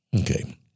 Okay